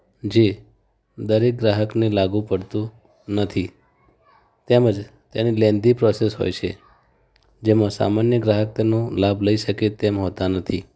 જે દરેક ગ્રાહકને લાગુ પડતું નથી તેમજ તેની લૅન્ધી પ્રૉસેસ હોય છે જેમાં સામાન્ય ગ્રાહક તેનો લાભ લઇ શકે તેમ હોતા નથી